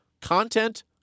content